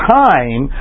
time